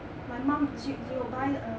my mum she she will buy err